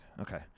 Okay